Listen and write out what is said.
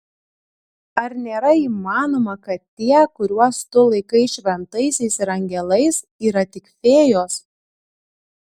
ar nėra įmanoma kad tie kuriuos tu laikai šventaisiais ir angelais yra tik fėjos